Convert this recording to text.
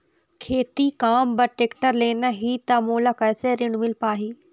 खेती काम बर टेक्टर लेना ही त मोला कैसे ऋण मिल पाही?